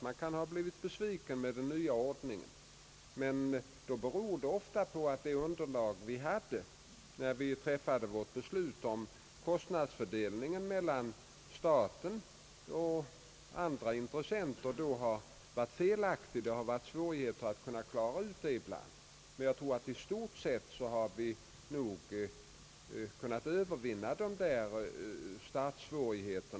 Men det beror ofta på att det underlag som man hade för bedömning om kostnadsfördelningen mellan staten och andra intressenter var felaktigt. Det har förelegat svårigheter att ibland lösa problemen, men jag tror nog att vi i stort sett har kunnat övervinna dessa startsvårigheter.